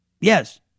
Yes